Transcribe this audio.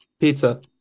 Pizza